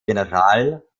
general